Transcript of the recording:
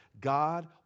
God